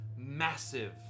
massive